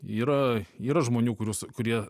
yra yra žmonių kuriuos kurie